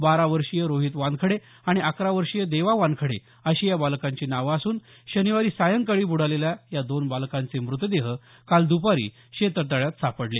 बारा वर्षीय रोहित वानखडे आणि अकरा वर्षीय देवा वानखडे अशी या बालकांची नावं असून शनिवारी सायंकाळी ब्डालेल्या या दोन बालकांचे मृतदेह काल द्पारी शेततळ्यात सापडले